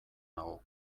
nago